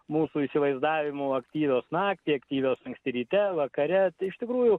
mūsų įsivaizdavimu aktyvios naktį aktyvios anksti ryte vakare iš tikrųjų